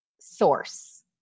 source